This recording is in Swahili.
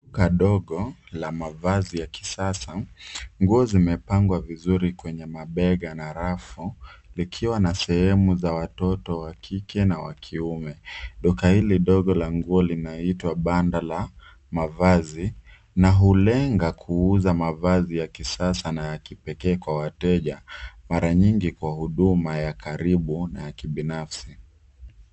Kadogo la mavasi ya kisasa, nguo zimepangwa vizuri kwenye mapega na rafu likiwa na sehemu za watoto wakike na wakiume, duka hili ndogo la nguo linaitwa panda la mavasi na ulenga kuuza mavasi ya kisasa na ya kipekee kwa wateja, mara nyingi kwa huduma ya karibu na ya kibinafsi.